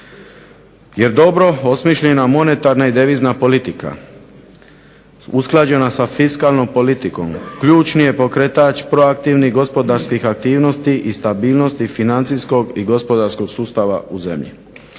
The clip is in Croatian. Jer dobro osmišljena monetarna i devizna politika usklađena sa fiskalnom politikom ključni je pokretač proaktivnih gospodarskih aktivnosti i stabilnosti financijskog i gospodarskog sustava u zemlji,